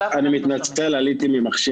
לנו חד